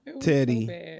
Teddy